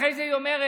אחרי זה היא אומרת